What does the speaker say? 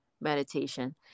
meditation